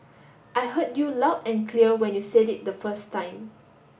I heard you loud and clear when you said it the first time